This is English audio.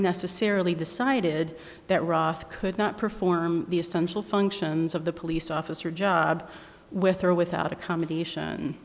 necessarily decided that roth could not perform the essential functions of the police officer job with or without accommodation